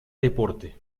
deporte